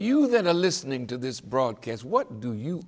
you that are listening to this broadcast what do you